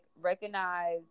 recognize